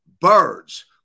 Birds